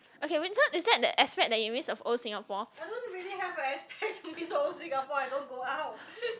okay wait so is that the aspect that you miss of old Singapore